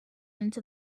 into